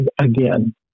again